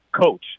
coach